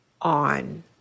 on